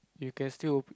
you can still